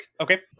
Okay